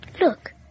Look